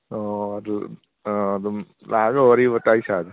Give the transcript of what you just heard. ꯑꯣ ꯑꯗꯨ ꯑ ꯑꯗꯨꯝ ꯂꯥꯛꯑꯒ ꯋꯥꯔꯤ ꯋꯇꯥꯏ ꯁꯥꯁꯤ